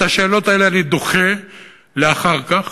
את השאלות האלה אני דוחה לאחר כך,